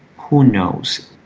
who knows?